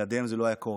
בלעדיהם זה לא היה קורה,